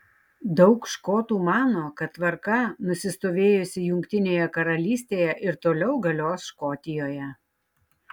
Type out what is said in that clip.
daug škotų mano kad tvarka nusistovėjusi jungtinėje karalystėje ir toliau galios škotijoje